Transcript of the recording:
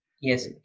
Yes